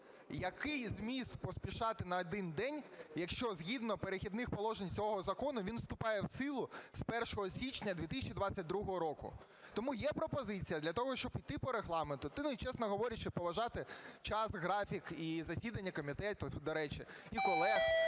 Який зміст поспішати на один день, якщо згідно "Перехідних положень" цього закону він вступає в силу з 1 січня 2022 року? Тому є пропозиція. Для того, щоб йти по Регламенту, й, чесно говорячи, поважати час, графік і засідання комітетів, до речі, і колег,